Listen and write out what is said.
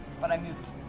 but i moved,